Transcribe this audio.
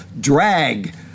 Drag